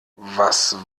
was